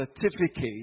certificate